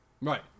Right